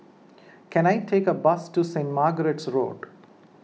can I take a bus to Saint Margaret's Road